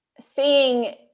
seeing